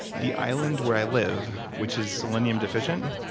the island where i live, which is selenium-deficient,